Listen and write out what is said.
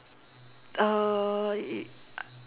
uh y~